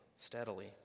Steadily